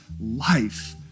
life